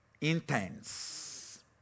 intense